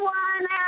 one